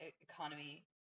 economy